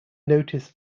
notice